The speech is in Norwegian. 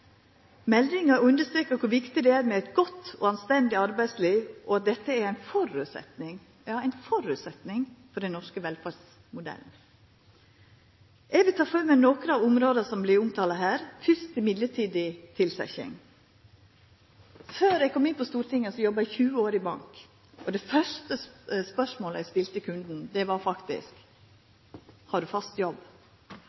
Meldinga understrekar kor viktig det er med eit godt og anstendig arbeidsliv, og at dette er ein føresetnad for den norske velferdsmodellen. Eg vil ta for meg nokre av områda som vert omtala her, først mellombels tilsetjing. Før eg kom inn på Stortinget, jobba eg 20 år i bank. Det første spørsmålet eg stilte til kunden, var faktisk: